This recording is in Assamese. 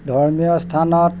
ধৰ্মীয় স্থানত